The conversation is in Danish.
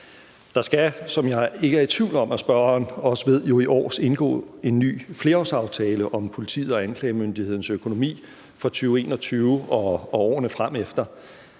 Der skal, som jeg ikke er i tvivl om spørgeren også ved, i år indgås en ny flerårsaftale om politiet og anklagemyndighedens økonomi for 2021 og årene fremefter,